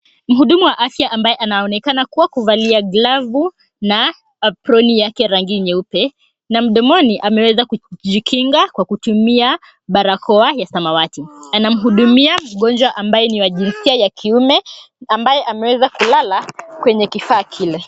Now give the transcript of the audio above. Mhudumu wa afya ambaye anaonekana kuwa kuvalia glavu na aproni yake rangi nyeupe na mdomoni ameweza kujikinga kwa kutumia barakoa ya samawati. Anamhudumia mgonjwa ambaye ni wa jinsia ya kiume ambaye ameweza kulala kwenye kifaa kile.